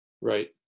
Right